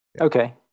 Okay